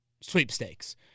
sweepstakes